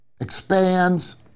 expands